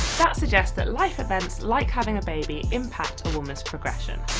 that suggests that life events like having a baby impact a woman's progression.